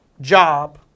job